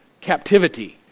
captivity